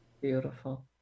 Beautiful